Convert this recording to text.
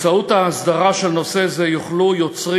באמצעות ההסדרה של נושא זה יוכלו יוצרים